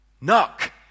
knock